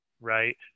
right